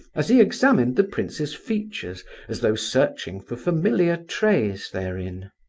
as he examined the prince's features as though searching for familiar traits therein.